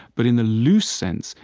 but in the loose sense,